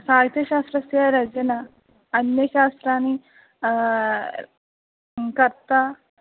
साहित्यशास्त्रस्य रचना अन्यशास्त्राणां कर्ता